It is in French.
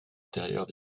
intérieures